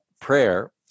prayer